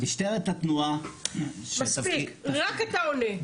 רק אתה עונה.